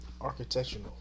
Architectural